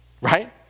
right